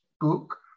book